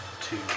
two